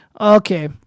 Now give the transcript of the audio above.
Okay